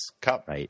cup